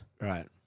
Right